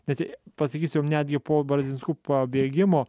nes jei pasakysiu netgi po barzinskų pabėgimo